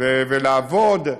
ולעבוד שם.